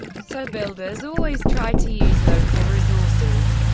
so builders always tried to use local resources.